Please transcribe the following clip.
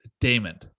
damon